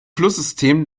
flusssystem